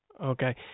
okay